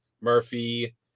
Murphy